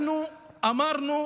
אנחנו אמרנו,